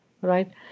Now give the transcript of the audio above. right